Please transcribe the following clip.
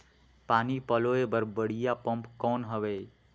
पानी पलोय बर बढ़िया पम्प कौन हवय?